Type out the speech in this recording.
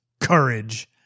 courage